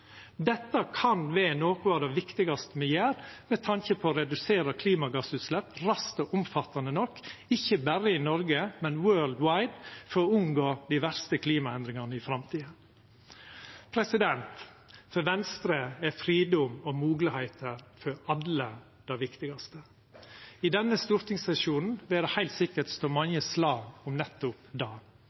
Dette kan vera noko av det viktigaste me gjer med tanke på å redusera klimagassutslepp raskt og omfattande nok, ikkje berre i Noreg, men «worldwide», for å unngå dei verste klimaendringane i framtida. For Venstre er fridom og moglegheiter for alle det viktigaste. I denne stortingssesjonen vil det heilt sikkert stå mange slag om nettopp det: